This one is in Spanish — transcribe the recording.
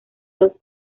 los